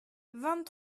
vingt